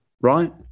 right